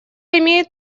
имеет